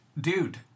dude